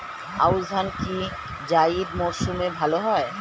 আউশ ধান কি জায়িদ মরসুমে ভালো হয়?